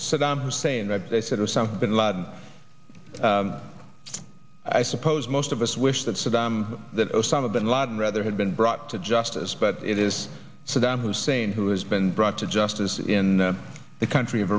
saddam hussein they said osama bin laden i suppose most of us wish that saddam that osama bin laden rather had been brought to justice but it is saddam hussein who has been brought to justice in the country of